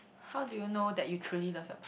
how do you know that you truly love your